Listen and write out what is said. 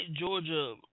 Georgia –